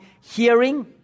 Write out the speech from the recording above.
hearing